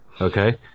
Okay